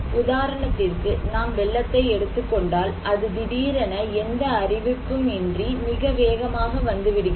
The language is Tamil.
உதாரணத்திற்கு நாம் வெள்ளத்தை எடுத்துக்கொண்டால் அது திடீரென எந்த அறிவிப்பும் இன்றி மிக வேகமாக வந்து விடுகிறது